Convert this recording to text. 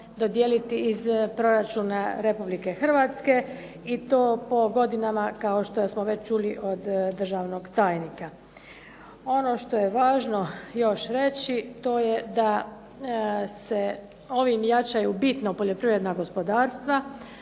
dodijeliti iz proračuna Republike Hrvatske i to po godinama kao što smo već čuli od državnog tajnika. Ono što je važno još reći to je da se ovim jačaju bitno poljoprivredna gospodarstva,